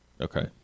Okay